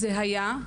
זה היה.